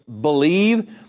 believe